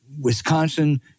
Wisconsin